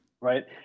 right